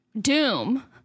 Doom